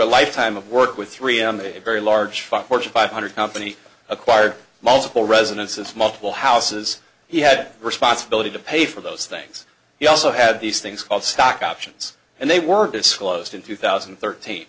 a lifetime of work with three and a very large fortune five hundred company acquired multiple residences multiple houses he had responsibility to pay for those things he also had these things called stock options and they were disclosed in two thousand and thirteen